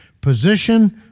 Position